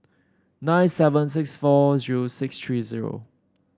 nine seven six four zero six three zero